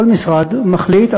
כל משרד מחליט,